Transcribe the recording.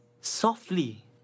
softly